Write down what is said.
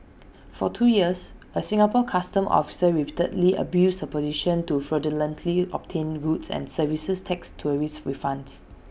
for two years A Singapore Customs officer repeatedly abused her position to fraudulently obtain rules and services tax tourist refunds